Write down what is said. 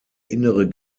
innere